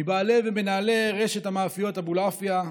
מבעלי ומנהלי רשת המאפיות אבולעפיה,